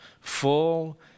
full